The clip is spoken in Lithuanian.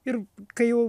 ir kai jau